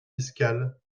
fiscal